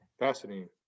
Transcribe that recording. Fascinating